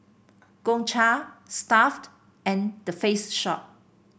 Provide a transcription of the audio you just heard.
Gongcha Stuff'd and The Face Shop